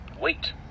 wait